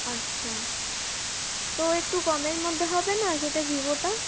আচ্ছা তো একটু কমের মধ্যে হবে না যেটা ভিভোটা